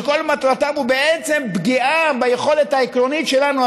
שכל מטרתם היא בעצם פגיעה ביכולת העקרונית שלנו,